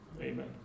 Amen